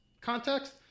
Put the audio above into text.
context